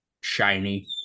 shiny